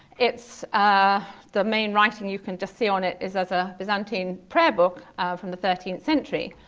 it's ah the main writing you can just see on it is as a byzantine prayer book from the thirteenth century.